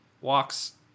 walks